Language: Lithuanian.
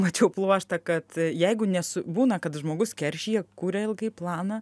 mačiau pluoštą kad jeigu nes būna kad žmogus keršija kuria ilgai planą